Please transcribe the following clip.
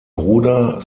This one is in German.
bruder